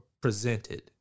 presented